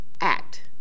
act